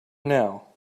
now